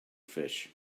fish